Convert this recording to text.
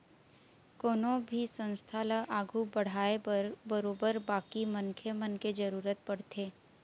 कोनो भी संस्था ल आघू बढ़ाय बर बरोबर बाकी मनखे मन के जरुरत पड़थे